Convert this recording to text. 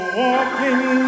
walking